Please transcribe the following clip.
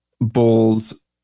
bulls